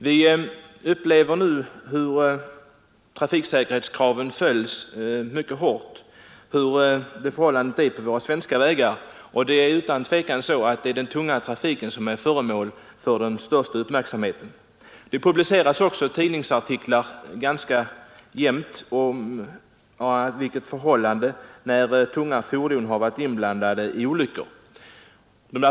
Vi upplever nu förhållandena på våra svenska vägar så att trafiksäker a statsrådet för svaret på min fråga. hetskraven är hårda, och det är utan tvivel den tunga trafiken som är föremål för den största uppmärksamheten. Det publiceras ständigt tidningsartiklar om tunga fordon som varit inblandade i olyckor.